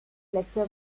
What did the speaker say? lesser